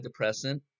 antidepressant